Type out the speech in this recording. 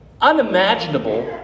unimaginable